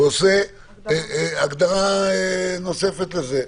ועושה הגדרה נוספת לזה.